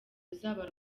ruzaba